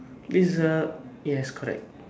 this is uh yes correct